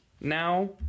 now